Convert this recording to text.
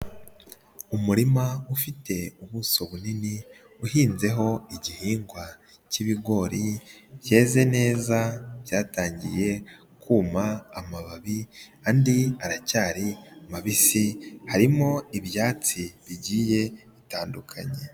Umurima ufite ubuso bunini, uhinzeho igihingwa cy'ibigori, byeze neza byatangiye kuma amababi, andi aracyari mabisi, harimo ibyatsi bigiye bitandukanye.